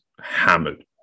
hammered